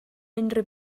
unrhyw